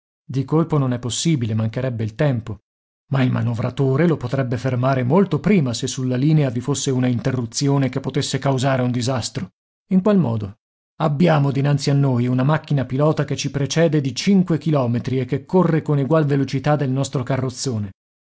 di colpo non è possibile mancherebbe il tempo ma il manovratore lo potrebbe fermare molto prima se sulla linea vi fosse una interruzione che potesse causare un disastro in qual modo abbiamo dinanzi a noi una macchina pilota che ci precede di cinque chilometri e che corre con egual velocità del nostro carrozzone